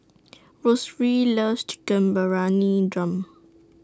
loves Chicken Briyani Dum